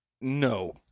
No